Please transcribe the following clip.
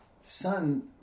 son